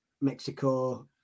Mexico